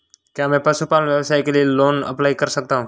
क्या मैं पशुपालन व्यवसाय के लिए लोंन अप्लाई कर सकता हूं?